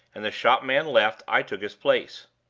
and the shop-man left, i took his place.